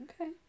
okay